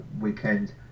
weekend